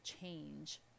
change